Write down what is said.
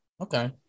Okay